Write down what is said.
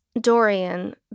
Dorian